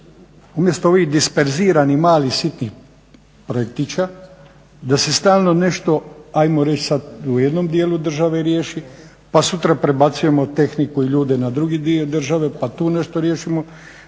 umjesto ovih disperziranih malih, sitnih projektića, da se stalno nešto, ajmo reći sada u jednom dijelu države riješi, pa sutra prebacujemo tehniku i ljude na drugi dio države pa tu nešto riješimo,